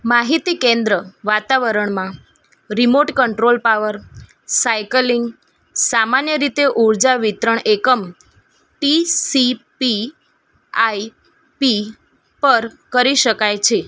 માહિતી કેન્દ્ર વાતાવરણમાં રિમોટ કંટ્રોલ પાવર સાઇકલિંગ સામાન્ય રીતે ઉર્જા વિતરણ એકમ T C P I P પર કરી શકાય છે